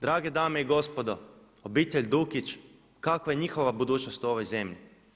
Drage dame i gospodo obitelj Dukić kakva je njihova budućnost u ovoj zemlji?